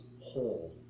whole